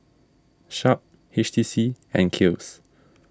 Sharp H T C and Kiehl's